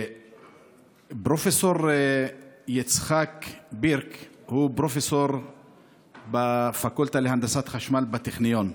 פרופ' יצחק בירק הוא פרופסור בפקולטה להנדסת חשמל בטכניון,